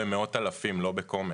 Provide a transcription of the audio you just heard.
מדובר במאות אלפים, לא בקומץ.